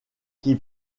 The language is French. qui